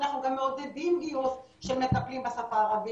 אנחנו גם מעודדים גיוס של מטפלים בשפה הערבית,